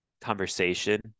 conversation